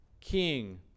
king